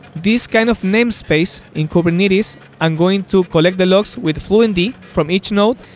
this kind of namespace in kubernetes, i'm going to collect the logs with fluentd from each node,